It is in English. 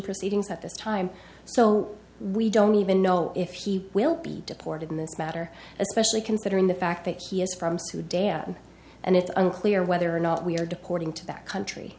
proceedings at this time so we don't even know if he will be deported in this matter especially considering the fact that he is from sudan and it's unclear whether or not we are deporting to that country